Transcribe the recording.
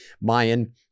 Mayan